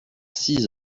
six